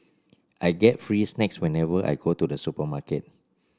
I get free snacks whenever I go to the supermarket